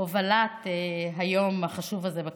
הובלת היום החשוב הזה בכנסת.